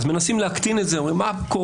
מנסים להקטין את זה, ואומרים: מה קורה?